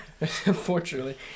unfortunately